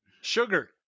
Sugar